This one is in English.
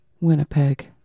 Winnipeg